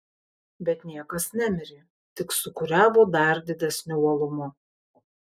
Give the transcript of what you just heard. bet niekas nemirė tik sūkuriavo dar didesniu uolumu